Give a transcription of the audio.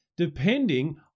depending